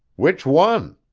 which one?